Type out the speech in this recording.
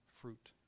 fruit